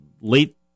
late